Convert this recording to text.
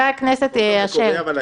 חבר הכנסת אשר,